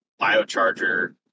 biocharger